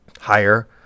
higher